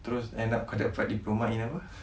terus kau end up dapat diploma in apa